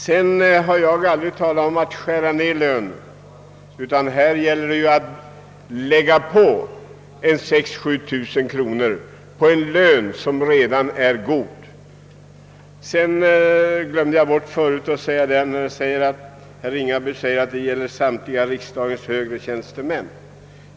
Jag har aldrig talat om att skära ned lönen. Det gäller ju här att lägga på 6700 kronor på en lön som redan är god. Herr Ringaby sade att det gäller samtliga riksdagens högre tjänstemän.